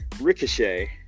Ricochet